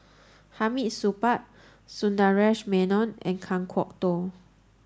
Hamid Supaat Sundaresh Menon and Kan Kwok Toh